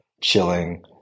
chilling